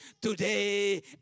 today